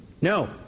No